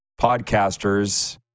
podcasters